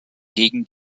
gegen